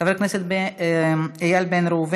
חבר הכנסת סאלח סעד,